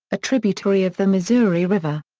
a tributary of the missouri river.